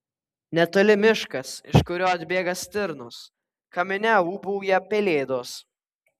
netoli miškas iš kurio atbėga stirnos kamine ūbauja pelėdos